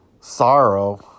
sorrow